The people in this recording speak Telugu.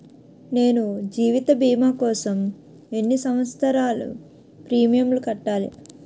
నేను జీవిత భీమా కోసం ఎన్ని సంవత్సారాలు ప్రీమియంలు కట్టాలి?